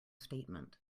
statement